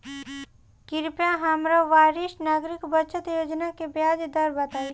कृपया हमरा वरिष्ठ नागरिक बचत योजना के ब्याज दर बताइं